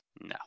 No